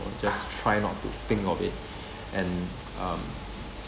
or just try not to think of it and um